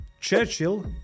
Churchill